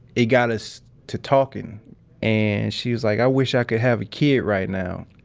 it got us to talking and she was like, i wish i could have a kid right now.